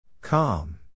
Calm